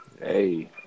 Hey